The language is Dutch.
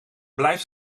blijft